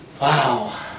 Wow